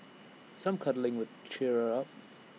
some cuddling could cheer her up